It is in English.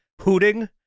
hooting